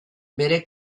bere